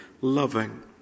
loving